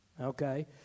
okay